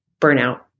burnout